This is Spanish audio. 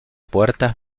puertas